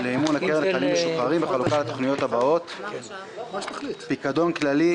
למימון הקרן לחיילים משוחררים בחלוקה לתוכניות הבאות: פיקדון כללי,